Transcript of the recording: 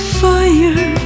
fire